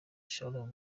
shalom